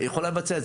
היא יכולה לבצע,